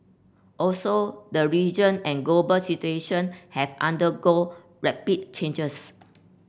also the region and global situation have undergone rapid changes